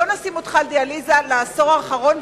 בוא נשים אותך על דיאליזה לעשור האחרון,